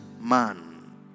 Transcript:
man